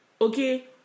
Okay